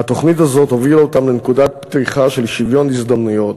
והתוכנית הזאת הובילה אותם לנקודת פתיחה של שוויון הזדמנויות.